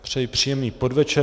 Přeji příjemný podvečer.